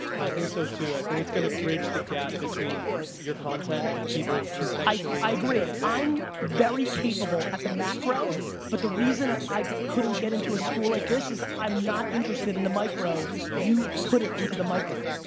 i think so too. i think it's gonna bridge the gap between your content and people contextually. i agree. i'm very capable at the macro but the reason i couldn't get into a school like this is i'm not interested in the micro, you put it into the micro.